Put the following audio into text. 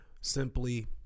Simply